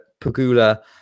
Pagula